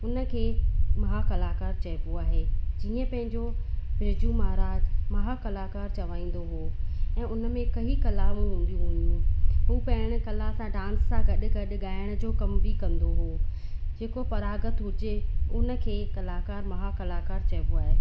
उन खे महाकलाकार चइबो आहे जीअं पंहिंजो बिर्जू महाराज महाकलाकार चवाईंदो हुओ ऐं उन में कई कलाऊं हूंदियूं हुयूं हू पंहिंजी कला सां डांस सां गॾु गॾु ॻाइण जो कम बि कंदो हुओ जेको परागत हुजे उन खे कलाकार महाकलाकार चइबो आहे